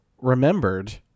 remembered